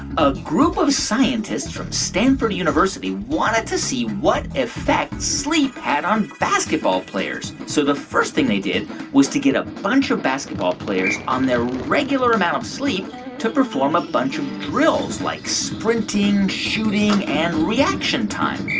a group of scientists from stanford university wanted to see what effects sleep had on basketball players. so the first thing they did was to get a bunch of basketball players on their regular amount of sleep to perform a bunch of drills like sprinting, shooting and reaction time